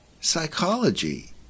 psychology